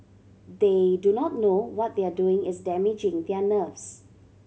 they do not know what they are doing is damaging their nerves